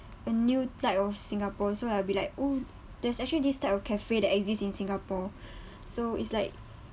a new type of singapore so I'll be like oh there's actually this type of cafe that exist in singapore so it's like uh